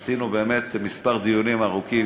עשינו באמת מספר דיונים ארוכים,